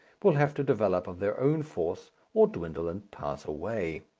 will have to develop of their own force or dwindle and pass away.